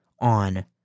on